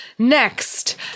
Next